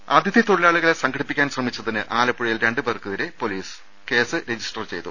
രുമ അതിഥി തൊഴിലാളികളെ സംഘടിപ്പിക്കാൻ ശ്രമിച്ചതിന് ആലപ്പുഴയിൽ രണ്ട് പേർക്കെതിരെ കേസ് രജിസ്റ്റർ ചെയ്തു